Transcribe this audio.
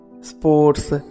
Sports